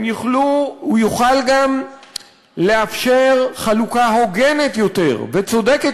הוא יוכל גם לאפשר חלוקה הוגנת יותר וצודקת